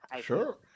Sure